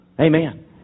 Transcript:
Amen